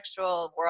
world